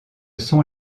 sont